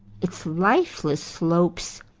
its lifeless slopes,